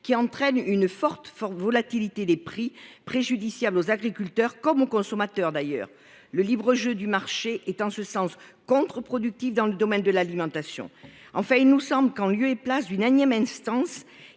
qui entraîne une forte forte volatilité des prix préjudiciable aux agriculteurs comme aux consommateurs d'ailleurs le libre jeu du marché est en ce sens. Contreproductif dans le domaine de l'alimentation. Enfin, il nous semble qu'en lieu et place d'une énième instance